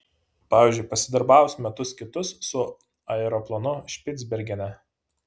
pavyzdžiui pasidarbavus metus kitus su aeroplanu špicbergene